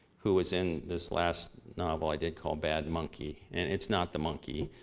who was in this last novel i did called bad monkey, and it's not the monkey.